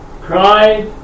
cried